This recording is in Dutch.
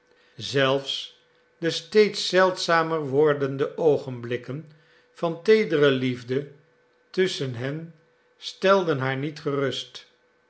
zelfs de steeds zeldzamer wordende oogenblikken van teedere liefde tusschen hen stelden haar niet gerust